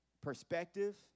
perspective